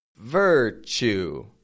Virtue